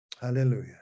hallelujah